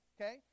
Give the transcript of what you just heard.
Okay